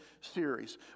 series